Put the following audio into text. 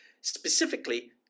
specifically